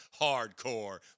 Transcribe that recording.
hardcore